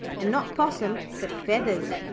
and not possum, but feathers.